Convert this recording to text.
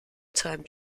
time